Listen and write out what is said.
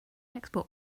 export